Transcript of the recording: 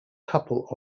couple